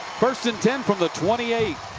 first and ten from the twenty eight.